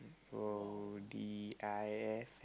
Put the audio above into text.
!woah! D_I_F